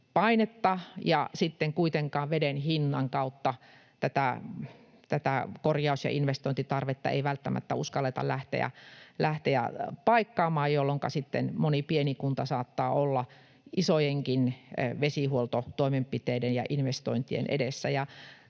ja sitten kuitenkaan veden hinnan kautta tätä korjaus- ja investointitarvetta ei välttämättä uskalleta lähteä paikkaamaan, jolloinka sitten moni pieni kunta saattaa olla isojenkin vesihuoltotoimenpiteiden ja -investointien edessä.